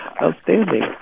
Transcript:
Outstanding